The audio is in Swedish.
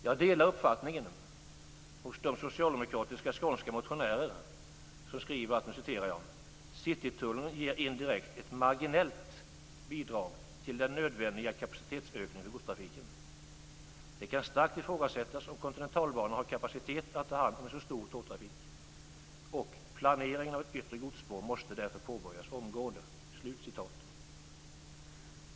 Jag delar uppfattningen hos de socialdemokratiska skånska motionärer som skriver: "Citytunneln ger indirekt ett marginellt bidrag till den nödvändiga kapacitetsökningen för godstrafiken. - Det kan starkt ifrågasättas om kontinentalbanan har kapacitet att ta hand om en så stor tågtrafik -. Planeringen av ett yttre godsspår måste därför påbörjas omgående."